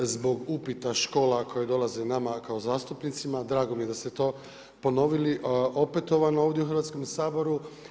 Zbog upita škola koje dolaze nama kao zastupnicima drago mi je da ste to ponovili opetovano ovdje u Hrvatskom saboru.